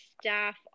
staff